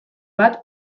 bat